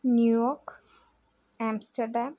New York Amsterdam